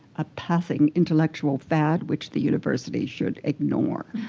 a passing intellectual fad which the university should ignore.